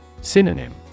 Synonym